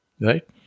Right